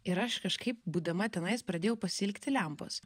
ir aš kažkaip būdama tenais pradėjau pasiilgti lempos